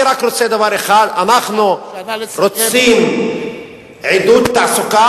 אני רק רוצה רק דבר אחד: אנחנו רוצים עידוד תעסוקה,